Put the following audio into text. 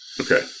Okay